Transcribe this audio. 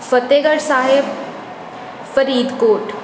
Fatehgarh Sahib Faridkot